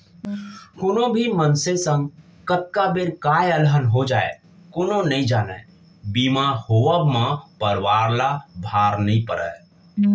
कोनो भी मनसे संग कतका बेर काय अलहन हो जाय कोनो नइ जानय बीमा होवब म परवार ल भार नइ पड़य